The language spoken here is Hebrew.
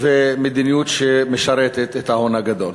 ומדיניות שמשרתת את ההון הגדול.